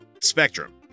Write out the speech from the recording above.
spectrum